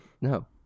No